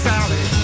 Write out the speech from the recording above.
Sally